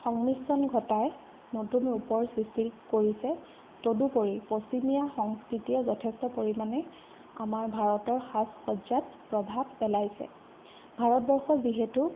সংমিশ্ৰণ ঘটাই নতুন ৰূপৰ সৃষ্টি কৰিছে তদুপৰি পশ্চিমীয়া সংস্কৃতিয়ে যথেষ্ট পৰিমাণে আমাৰ ভাৰতৰ সাজ সজ্জাত প্ৰভাৱ পেলাইছে ভাৰতবৰ্ষ যিহেতু